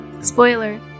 spoiler